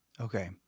Okay